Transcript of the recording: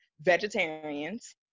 vegetarians